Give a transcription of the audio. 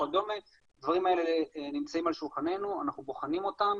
הדברים האלה נמצאים על שולחננו, אנחנו בוחנים אותם